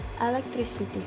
electricity